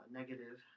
negative